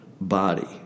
body